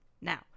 Now